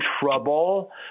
trouble